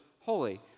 holy